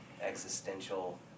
existential